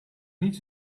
niet